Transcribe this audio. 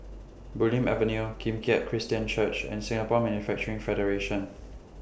Bulim Avenue Kim Keat Christian Church and Singapore Manufacturing Federation